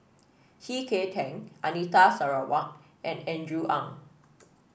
C K Tang Anita Sarawak and Andrew Ang